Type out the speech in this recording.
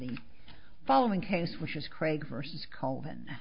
the following case which is craig versus coleman